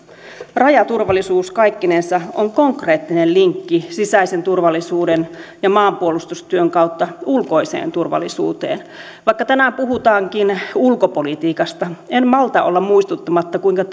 rajaturvallisuus kaikkinensa on konkreettinen linkki sisäisen turvallisuuden ja maanpuolustustyön kautta ulkoiseen turvallisuuteen vaikka tänään puhutaankin ulkopolitiikasta en malta olla muistuttamatta kuinka